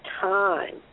time